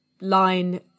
line